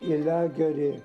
į lagerį